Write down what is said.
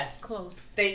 close